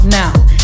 now